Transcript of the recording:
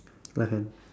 left hand